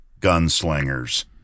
gunslingers